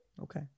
Okay